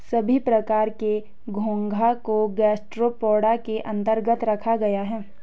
सभी प्रकार के घोंघा को गैस्ट्रोपोडा के अन्तर्गत रखा गया है